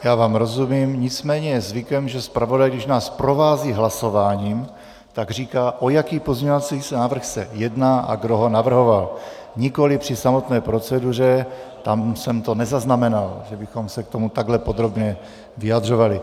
Já vám rozumím, nicméně je zvykem, že zpravodaj, když nás provází hlasováním, říká, o jaký pozměňovací návrh se jedná a kdo ho navrhoval, nikoliv při samotné proceduře, tam jsem to nezaznamenal, že bychom se k tomu takhle podrobně vyjadřovali.